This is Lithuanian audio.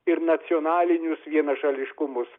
ir nacionalinius vienašališkumus